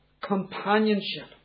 companionship